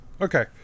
Okay